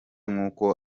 nkuko